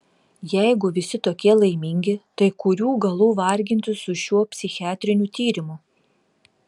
jeigu visi tokie laimingi tai kurių galų vargintis su šiuo psichiatriniu tyrimu